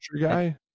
guy